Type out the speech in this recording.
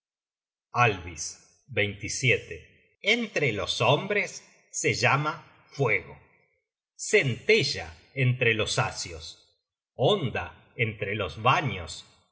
alvis entre los hombres se llama fuego centella entre los asios onda entre los vanios